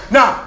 Now